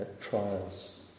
trials